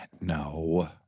No